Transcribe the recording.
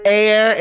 air